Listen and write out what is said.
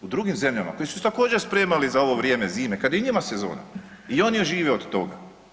U drugim zemljama koje su se također spremale za ovo vrijeme zime kada je i njima sezona i oni žive od toga.